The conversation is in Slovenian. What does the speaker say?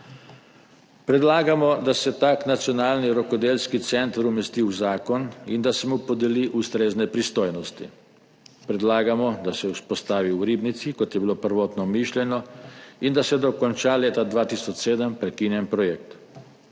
Predlagamo, da se tak nacionalni rokodelski center umesti v zakon in da se mu podeli ustrezne pristojnosti. Predlagamo, da se vzpostavi v Ribnici, kot je bilo prvotno mišljeno, in da se dokonča leta 2007 prekinjen projekt.